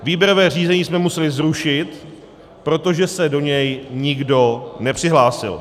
Výběrové řízení jsme museli zrušit, protože se do něj nikdo nepřihlásil.